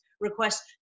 request